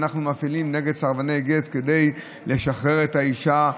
ואנחנו מפעילים נגד סרבני גט כדי לשחרר את האישה מעגינותה,